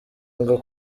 ngo